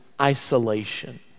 Isolation